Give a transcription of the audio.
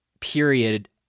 period